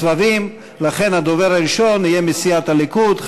לכן הדובר הראשון יהיה מסיעת הליכוד,